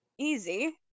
Easy